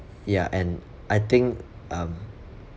ya and I think um